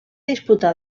disputà